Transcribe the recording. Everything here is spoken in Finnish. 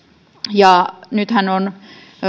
nythän on